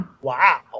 Wow